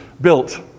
built